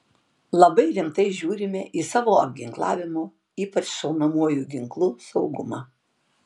labai rimtai žiūrime į savo apginklavimo ypač šaunamuoju ginklu saugumą